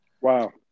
Wow